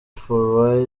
for